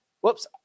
Whoops